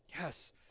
Yes